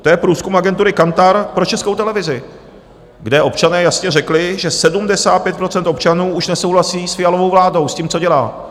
To je průzkum agentury Kantar pro Českou televizi, kde občané jasně řekli, že 75 % občanů už nesouhlasí s Fialovou vládou, s tím, co dělá.